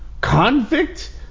Convict